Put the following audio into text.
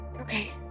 Okay